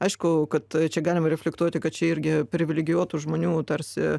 aišku kad čia galima reflektuoti kad čia irgi privilegijuotų žmonių tarsi